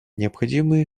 необходимы